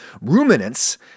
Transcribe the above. Ruminants